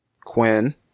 Quinn